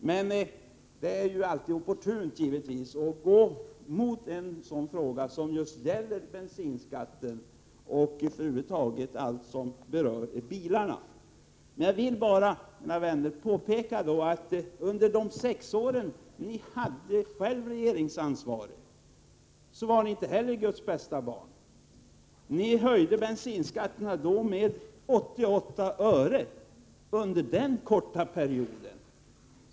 Det är naturligtvis alltid opportunt att gå emot i en fråga som gäller bensinskatten och över huvud taget allt som berör bilarna. Men jag vill, mina vänner, påpeka att de borgerliga partierna under sex år som de hade regeringsansvaret inte heller var Guds bästa barn. Då höjdes bensinskatten med 88 öre under den korta perioden.